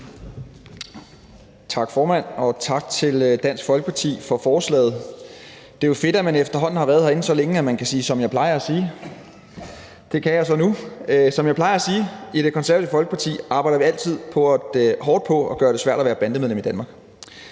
Tak, formand, og tak til Dansk Folkeparti for forslaget. Det er jo fedt, at man efterhånden har været herinde så længe, at man kan sige: som jeg plejer at sige. Det kan jeg så nu. Som jeg plejer at sige, så arbejder vi i Det Konservative Folkeparti altid hårdt på at gøre det svært at være bandemedlem i Danmark.